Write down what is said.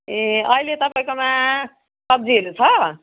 ए अहिले तपाईँकोमा सब्जीहरू छ